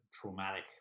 traumatic